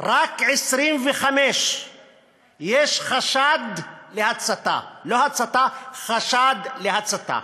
רק ב-25 יש חשד להצתה, לא הצתה, חשד להצתה.